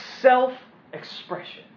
Self-expression